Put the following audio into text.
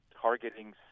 targeting